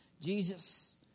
Jesus